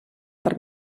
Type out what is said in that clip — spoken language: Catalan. per